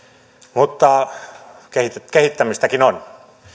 mutta kehittämistäkin on